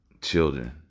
children